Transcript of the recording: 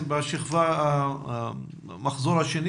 במחזור השני,